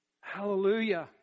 Hallelujah